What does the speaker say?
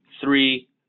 three